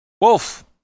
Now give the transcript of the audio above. Wolf